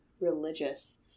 religious